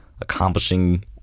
accomplishing